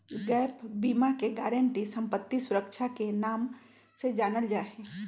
gap बीमा के guarantee संपत्ति सुरक्षा के नाम से जानल जाई छई